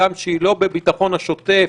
הגם שהיא לא בביטחון השוטף.